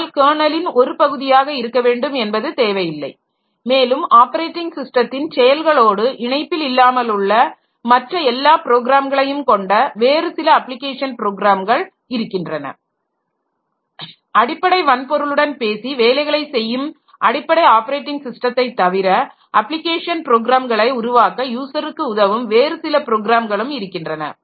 ஆனால் கெர்னலின் ஒரு பகுதியாக இருக்க வேண்டும் என்பது தேவையில்லை மேலும் ஆப்பரேட்டிங் ஸிஸ்டத்தின் செயல்களோடு இணைப்பில் இல்லாமல் உள்ள மற்ற எல்லா ப்ரோக்ராம்களையும் காெண்ட வேறு சில அப்ளிகேஷன் ப்ரோக்ராம்கள் இருக்கின்றன அடிப்படை வன்பொருளுடன் பேசி வேலைகளை செய்யும் அடிப்படை ஆப்பரேட்டிங் ஸிஸ்டத்தை தவிர அப்ளிகேஷன் ப்ரோக்ராம்களை உருவாக்க யூசருக்கு உதவும் வேறு சில ப்ரோக்ராம்களும் இருக்கின்றன